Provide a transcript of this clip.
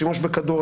שימוש בכדור,